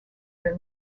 their